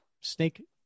snake